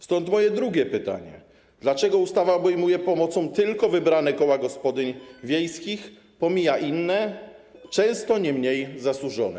Stąd moje drugie pytanie: Dlaczego ustawa obejmuje pomocą tylko wybrane koła gospodyń wiejskich, pomija inne, często nie mniej zasłużone?